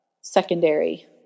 secondary